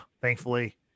thankfully